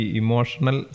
emotional